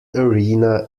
arena